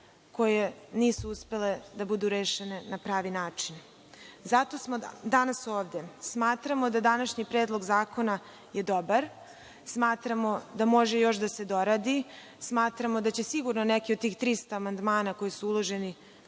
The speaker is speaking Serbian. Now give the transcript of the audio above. koje nisu uspele da budu rešene na pravi način. Zato smo danas ovde. Smatramo da današnji predlog zakona je dobar. Smatramo da može još da se doradi. Smatramo da će sigurno neki od tih 300 amandmana koji su uloženi